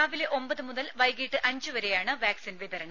രാവിലെ ഒമ്പത് മുതൽ വൈകീട്ട് അഞ്ചു വരെയാണ് വാക്സിൻ വിതരണം